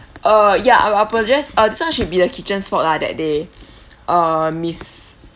uh ya I I apologise uh this [one] should be the kitchen's fault lah that day uh miss